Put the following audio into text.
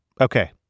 Okay